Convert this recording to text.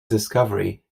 discovery